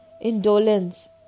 Indolence